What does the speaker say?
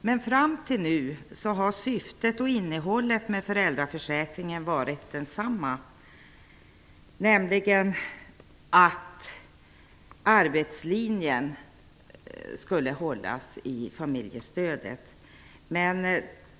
Men fram till nu har syftet och innehållet varit densamma, nämligen att arbetslinjen skulle hållas i familjestödet.